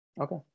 okay